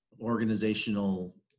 organizational